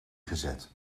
gezet